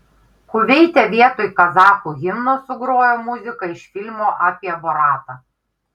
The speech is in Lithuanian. kuveite vietoj kazachų himno sugrojo muziką iš filmo apie boratą